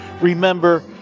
remember